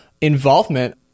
involvement